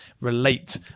relate